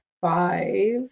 five